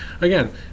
again